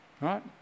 Right